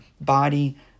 body